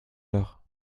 l’heure